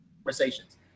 conversations